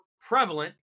prevalent